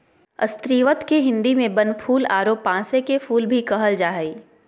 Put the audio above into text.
स्रीवत के हिंदी में बनफूल आरो पांसे के फुल भी कहल जा हइ